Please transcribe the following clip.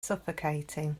suffocating